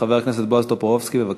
חבר הכנסת בועז טופורובסקי, בבקשה.